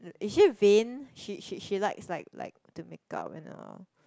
is she vain she she she likes like like to make up and all